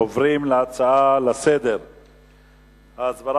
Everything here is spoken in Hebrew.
אנחנו עוברים להצעות לסדר-היום מס' 3332,